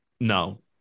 no